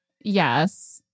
Yes